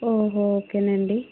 ఓహో ఓకే నండి